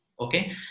okay